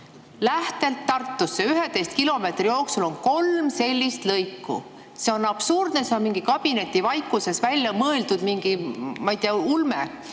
Lähtelt Tartusse 11 kilomeetri jooksul on kolm sellist lõiku! See on absurdne. See on kabinetivaikuses välja mõeldud mingi, ma